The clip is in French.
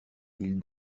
ils